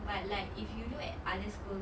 but like if you look at other schools